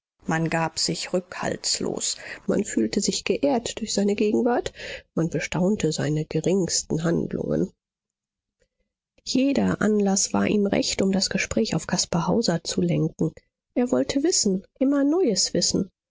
man gab sich rückhaltlos man fühlte sich geehrt durch seine gegenwart man bestaunte seine geringsten handlungen jeder anlaß war ihm recht um das gespräch auf caspar hauser zu lenken er wollte wissen immer neues wissen